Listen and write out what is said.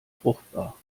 fruchtbar